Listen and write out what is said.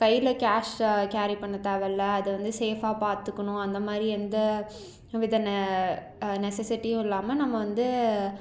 கையில cash carry பண்ணத்தேவைல்ல அது வந்து சேஃப்பாக பார்த்துக்கணும் அந்தமாதிரி எந்த வித நெஸஸிட்டியும் இல்லாம நம்ம வந்து